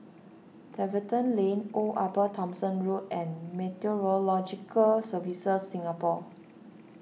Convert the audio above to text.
Tiverton Lane Old Upper Thomson Road and Meteorological Services Singapore